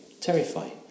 terrifying